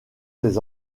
ces